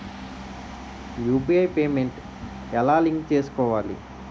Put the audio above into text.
UPI payment ఎలా link చేసుకోవాలి?